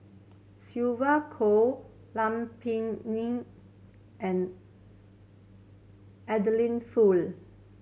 Sylvia Kho Lam Pin Nin and Adeline Foo